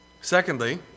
Secondly